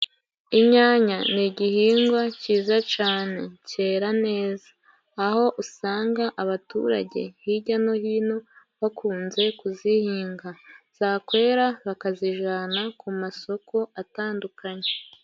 Inyanya n'igihingwa kiza cane kera neza aho usanga abaturage hirya no hino bakunze kuzihinga zakwera bakazijana ku masoko atandukanye.